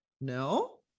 No